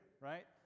right